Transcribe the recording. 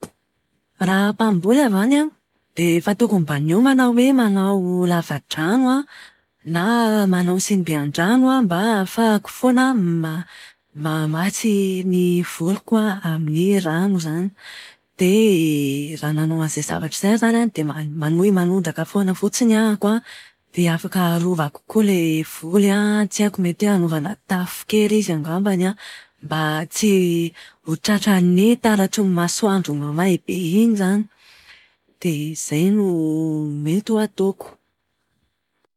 Raha mpamboly aho zany an, dia efa tokony mba niomana hoe manao lava-drano an, na manao sinibean-drano mba ahafahako foana mamatsy ny voliko an, amin'ny rano izany. Dia raha nanao an'izay zavatra izay aho izany an, dia maha- manohy manondraka foana fotsiny ahako an, dia afaka arovako koa ilay voly an, tsy haiko mety hoe hanaovana tafo kely izy agambany an, mba tsy ho tratran'ny taratry ny masoandro mahamay be iny izany. Dia izay no mety ho ataoko.